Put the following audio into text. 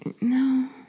no